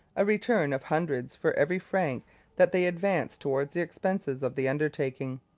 a return of hundreds for every franc that they advanced towards the expenses of the undertaking.